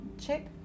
check